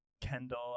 Kendall